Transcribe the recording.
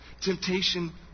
Temptation